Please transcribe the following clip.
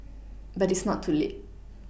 but it's not too late